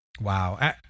Wow